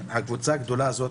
כן, בקבוצה הגדולה הזאת,